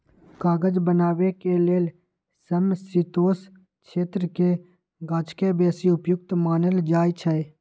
कागज बनाबे के लेल समशीतोष्ण क्षेत्रके गाछके बेशी उपयुक्त मानल जाइ छइ